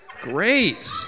Great